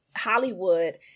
Hollywood